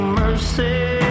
mercy